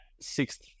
sixth